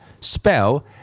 spell